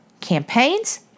campaigns